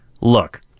Look